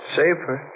safer